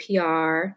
PR